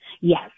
Yes